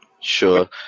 sure